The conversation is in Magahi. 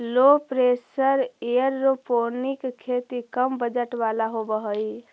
लो प्रेशर एयरोपोनिक खेती कम बजट वाला होव हई